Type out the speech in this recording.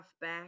back